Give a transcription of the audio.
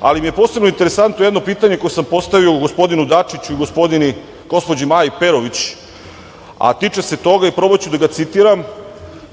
ali mi je posebno interesantno jedno pitanje koje sam postavio gospodinu Dačiću i gospođi Maji Perović. Tiče se toga, i probaću da ga citiram,